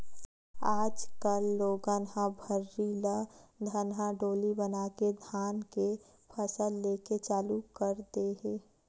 आज कल लोगन ह भर्री ल धनहा डोली बनाके धान के फसल लेके चालू कर दे हे